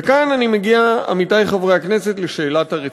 וכאן אני מגיע, עמיתי חברי הכנסת, לשאלת הרציפות.